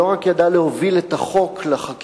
שלא רק ידע להוביל את החוק לחקיקתו,